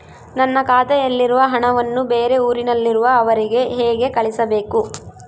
ನನ್ನ ಖಾತೆಯಲ್ಲಿರುವ ಹಣವನ್ನು ಬೇರೆ ಊರಿನಲ್ಲಿರುವ ಅವರಿಗೆ ಹೇಗೆ ಕಳಿಸಬೇಕು?